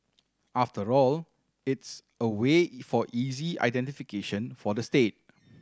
after all it's a way for easy identification for the state